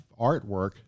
artwork